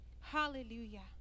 hallelujah